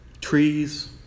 Trees